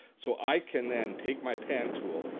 so, i can then take my pen tool,